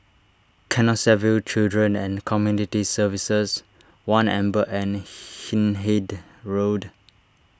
Canossaville Children and Community Services one Amber and Hindhede Road